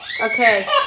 Okay